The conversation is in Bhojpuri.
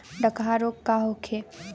डकहा रोग का होखे?